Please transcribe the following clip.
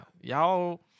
y'all